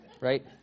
Right